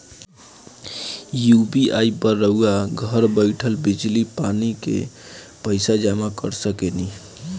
UPI पर रउआ घर बईठल बिजली, पानी के पइसा जामा कर सकेनी